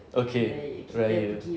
okay raya